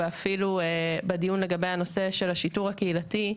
ואפילו בדיון לגבי הנושא של השיטור העירוני,